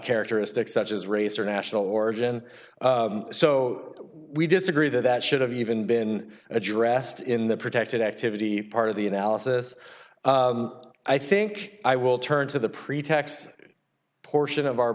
characteristics such as race or national origin so we disagree that that should have even been addressed in the protected activity part of the analysis i think i will turn to the pretext portion of our